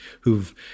who've